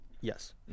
yes